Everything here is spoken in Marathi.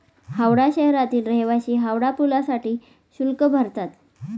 हावडा शहरातील रहिवासी हावडा पुलासाठी शुल्क भरतात